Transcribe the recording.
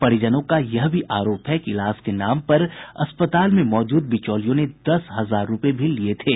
परिजनों का यह भी आरोप है कि इलाज के नाम पर अस्पताल में मौजूद बिचौलियों ने दस हजार रूपये भी लिये थे